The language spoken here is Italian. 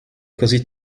così